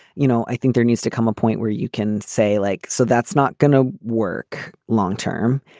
you know, i think there needs to come a point where you can say like, so that's not going to work long term.